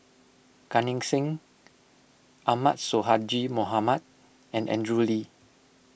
Gan Eng Seng Ahmad Sonhadji Mohamad and Andrew Lee